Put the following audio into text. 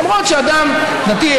למרות שאדם דתי,